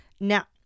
Now